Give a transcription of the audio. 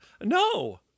No